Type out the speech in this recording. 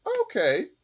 okay